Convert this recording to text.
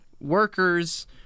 workers